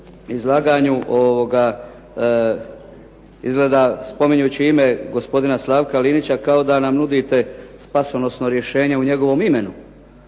izlaganju izgleda spominjući ime gospodina Slavka Linića kao da nam nudite spasonosno rješenje u njegovom imenu.